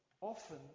Often